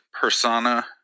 persona